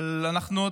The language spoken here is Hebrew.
אבל אנחנו,